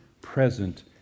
present